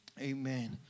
Amen